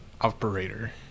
operator